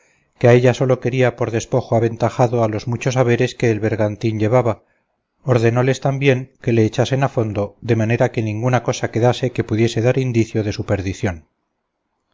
que a ella sola quería por despojo aventajado a los muchos haberes que el bergantín llevaba ordenóles también que le echasen a fondo de manera que ninguna cosa quedase que pudiese dar indicio de su perdición